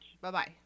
Bye-bye